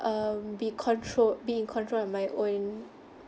um be controlled be in control of my own